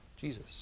Jesus